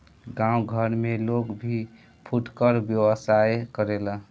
गांव घर में लोग भी फुटकर व्यवसाय करेला